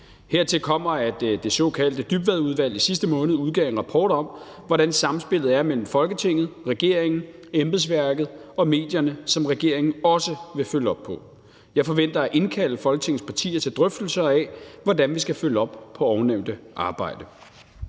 Hertil kommer, at det såkaldte Dybvadudvalg i sidste måned udgav en rapport om, hvordan sammenspillet er mellem Folketinget, regeringen, embedsværket og medierne, som regeringen også vil følge op på. Jeg forventer at indkalde Folketingets partier til drøftelser af, hvordan vi skal følge op på ovennævnte arbejde.